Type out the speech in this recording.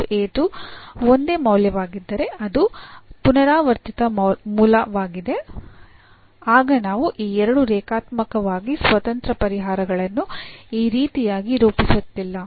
ಮತ್ತು ಒಂದೇ ಮೌಲ್ಯವಾಗಿದ್ದರೆ ಅದು ಪುನರಾವರ್ತಿತ ಮೂಲವಾಗಿದೆ ಆಗ ನಾವು ಈ ಎರಡು ರೇಖಾತ್ಮಕವಾಗಿ ಸ್ವತಂತ್ರ ಪರಿಹಾರಗಳನ್ನು ಈ ರೀತಿಯಾಗಿ ರೂಪಿಸುತ್ತಿಲ್ಲ